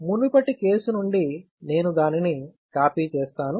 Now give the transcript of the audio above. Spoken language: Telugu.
మునుపటి కేసు నుండి నేను దానిని కాపీ చేస్తాను